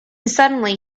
suddenly